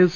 S